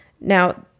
Now